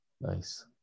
nice